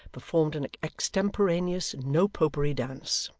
performed an extemporaneous no-popery dance.